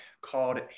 called